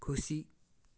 खुसी